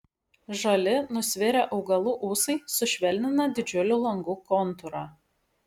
žali nusvirę augalų ūsai sušvelnina didžiulių langų kontūrą